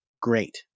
great